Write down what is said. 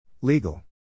Legal